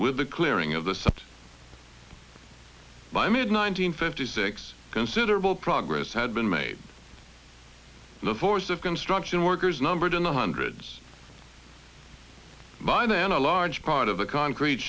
with the clearing of the sub by mid nine hundred fifty six considerable progress had been made the force of construction workers numbered in the hundreds by then a large part of the concrete